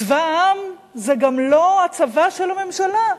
צבא העם זה גם לא הצבא של הממשלה,